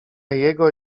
jego